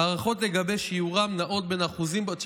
הערכות לגבי שיעורם נעות בין אחוזים" תישארו,